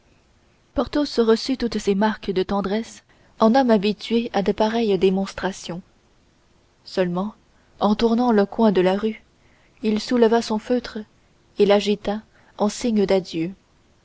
porthos reçut toutes ces marques de tendresse en homme habitué à de pareilles démonstrations seulement en tournant le coin de la rue il souleva son feutre et l'agita en signe d'adieu